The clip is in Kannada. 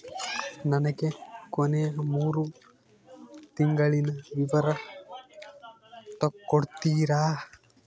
ನನಗ ಕೊನೆಯ ಮೂರು ತಿಂಗಳಿನ ವಿವರ ತಕ್ಕೊಡ್ತೇರಾ?